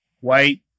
white